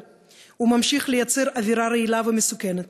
וממשיך ליצור אווירה רעילה ומסוכנת